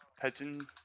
Pigeon